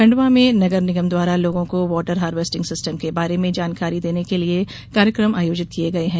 खंडवा में नगरनिगम द्वारा लोगों को वॉटर हार्वेस्टिंग सिस्टम के बारे में जानकारी देने के लिए कार्यक्रम आयोजित किया गया है